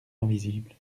invisible